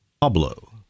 Pablo